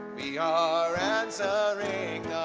we are answering